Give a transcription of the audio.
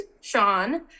Sean